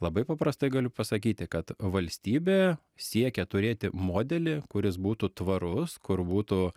labai paprastai galiu pasakyti kad valstybė siekia turėti modelį kuris būtų tvarus kur būtų